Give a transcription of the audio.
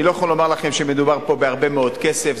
אני לא יכול לומר לכם שמדובר פה בהרבה מאוד כסף,